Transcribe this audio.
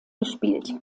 gespielt